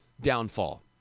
downfall